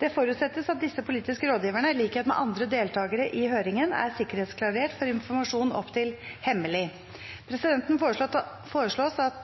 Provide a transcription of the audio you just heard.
Det forutsettes at disse politiske rådgiverne, i likhet med andre deltakere i høringen, er sikkerhetsklarert for informasjon opp til HEMMELIG. Presidenten foreslår at